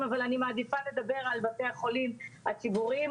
אבל אני מעדיפה לדבר על בתי החולים הציבוריים.